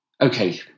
okay